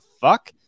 fuck